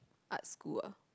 art school ah